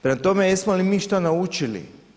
Prema tome, jesmo li mi što naučili?